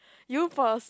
you first